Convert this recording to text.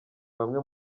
bamwe